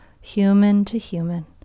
human-to-human